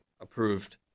Approved